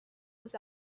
was